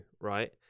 right